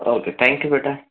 okay thank you बेटा